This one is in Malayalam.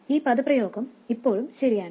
ഈ പദപ്രയോഗം എപ്പോഴും ശരിയാണ്